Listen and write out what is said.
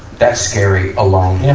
that's scary alone. yeah.